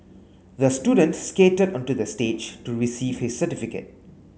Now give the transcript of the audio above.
the student skated onto the stage to receive his certificate